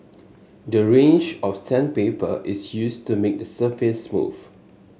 the range of sandpaper is used to make the surface smooth